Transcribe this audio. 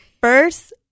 first